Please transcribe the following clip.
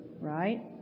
right